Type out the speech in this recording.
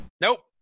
Nope